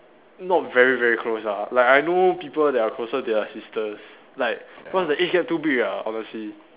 not very very close ah like I know people that are closer to their sisters like cause the age gap too big ah honestly